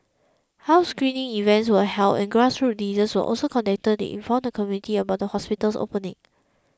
health screening events were held and grassroots leaders were also contacted inform the community about the hospital's opening